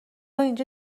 اینجا